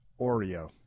Oreo